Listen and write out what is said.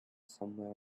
somewhere